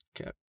Okay